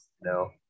No